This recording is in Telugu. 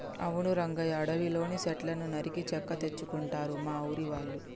అవును రంగయ్య అడవిలోని సెట్లను నరికి చెక్క తెచ్చుకుంటారు మా ఊరి వాళ్ళు